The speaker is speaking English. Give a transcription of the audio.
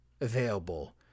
available